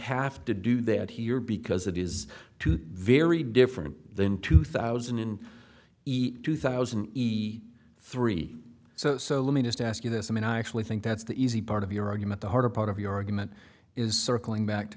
have to do that here because it is two very different than two thousand and two thousand he three so let me just ask you this i mean i actually think that's the easy part of your argument the harder part of your argument is circling back to